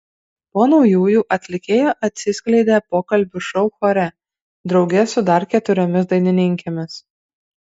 po naujųjų atlikėja atsiskleidė pokalbių šou chore drauge su dar keturiomis dainininkėmis